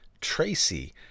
Tracy